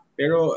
pero